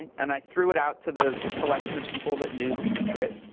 and i threw it out to the collection of people that knew the secret,